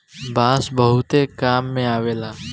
बांस बहुते काम में अवेला